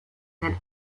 than